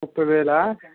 ఒకవేళ